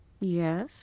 Yes